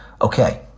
Okay